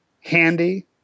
Handy